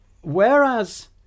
whereas